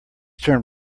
turn